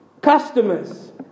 customers